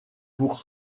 pour